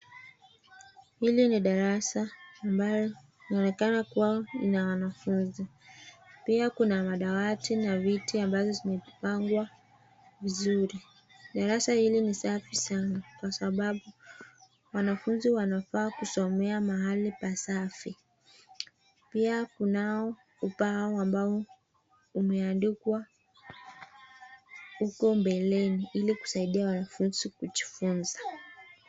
Hili ni darasa ambayo linaonekana kua linawamafunzi. Pia kuna madawati na viti ambazo zimepangwa vizuri. Darasa hili ni safi sanaa kwa sababu wanafunzi wanafaa kusomea pahali pasafi. Pia kunao ubao ambao umeandikwa huko mbeleni ili kusaidia wanafunzi kujifunza.